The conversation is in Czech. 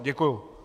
Děkuju.